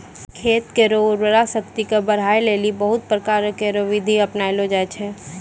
खेत केरो उर्वरा शक्ति क बढ़ाय लेलि बहुत प्रकारो केरो बिधि अपनैलो जाय छै